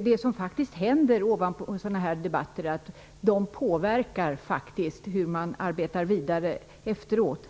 Det som faktiskt händer efter sådana här debatter är att de påverkar hur man arbetar vidare efteråt.